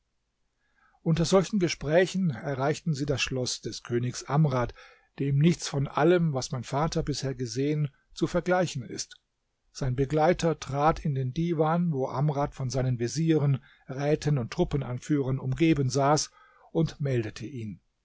unter solchen gesprächen erreichten sie das schloß des königs amrad dem nichts von allem was mein vater bisher gesehen zu vergleichen ist sein begleiter trat in den diwan wo amrad von seinen vezieren räten und truppenanführern umgeben saß und meldete ihn